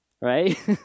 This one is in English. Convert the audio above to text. right